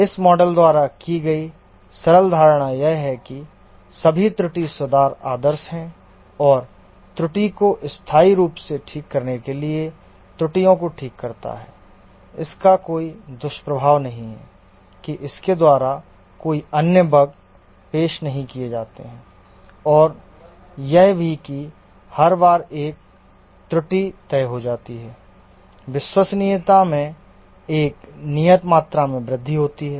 इस मॉडल द्वारा की गई सरल धारणा यह है कि सभी त्रुटि सुधार आदर्श हैं और त्रुटि को स्थायी रूप से ठीक करने के लिए त्रुटि को ठीक करता है इसका कोई दुष्प्रभाव नहीं है कि इसके द्वारा कोई अन्य बग पेश नहीं किए जाते हैं और यह भी कि हर बार एक त्रुटि तय हो जाती है विश्वसनीयता में एक नियत मात्रा में वृद्धि होती है